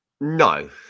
No